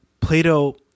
Plato